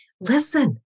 listen